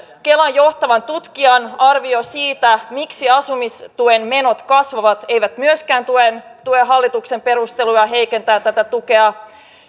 kelan johtavan tutkijan arvio siitä miksi asumistuen menot kasvavat ei myöskään tue hallituksen perusteluja heikentää tätä tukea